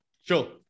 Sure